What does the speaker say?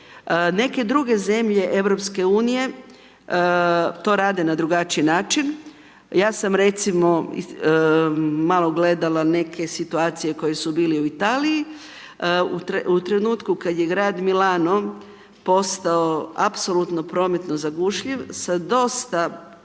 neke druge zemlje EU-a to rade na drugačiji način, ja sam recimo malo gledala neke situacije koje su bile u Italiji, u trenutku kad je grad Milano postao apsolutno prometno zagušljiv sa dosta